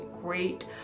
great